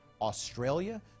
Australia